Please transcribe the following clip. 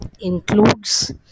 includes